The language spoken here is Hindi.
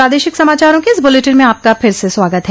प्रादेशिक समाचारों के इस बुलेटिन में आपका फिर से स्वागत है